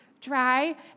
dry